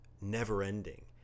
never-ending